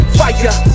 fire